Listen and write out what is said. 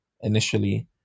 initially